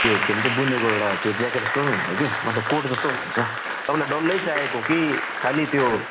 त्यो के भन्छ बुनेको एउटा त्यो ज्याकेट जस्तो हुन्छ कि मतलब कोट जस्तो हुन्छ तपाईँलाई डल्लै चाहिएको हो कि खालि त्यो